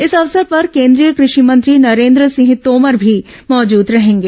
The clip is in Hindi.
इस अवसर पर केंद्रीय कृषि मंत्री नरेन्द्र सिंह तोमर भी मौजूद रहेंगे